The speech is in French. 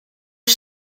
été